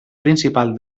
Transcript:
principal